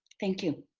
thank you.